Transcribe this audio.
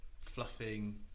fluffing